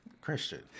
Christian